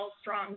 strong